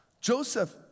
Joseph